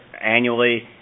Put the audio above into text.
annually